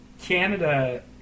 Canada